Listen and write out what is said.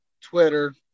Twitter